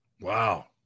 Wow